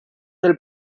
del